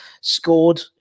Scored